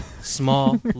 Small